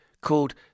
called